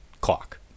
clock